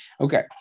Okay